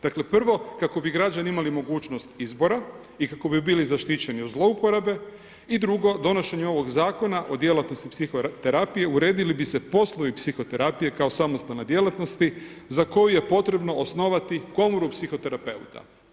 Dakle, prvo kako bi građani imali mogućnost izbora i kako bi bilo zaštićeni od zlouporabe i drugo, donošenje ovog Zakona o djelatnosti psihoterapije uredili bi se poslovi psihoterapije kao samostalne djelatnosti za koju je potrebno osnovati komoru psihoterapeuta.